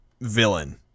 villain